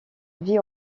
vit